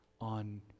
on